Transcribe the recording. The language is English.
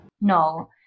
No